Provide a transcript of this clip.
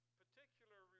particular